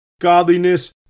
godliness